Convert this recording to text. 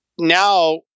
now